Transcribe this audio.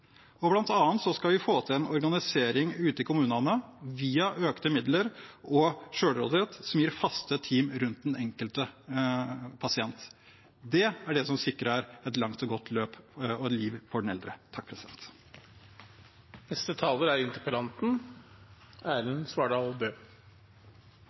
skal vi få til en organisering ute i kommunene, via økte midler og selvråderett, som gir faste team rundt den enkelte pasient. Det er det som sikrer et langt og godt løp og liv for den eldre. Først vil jeg takke for debatten. Det er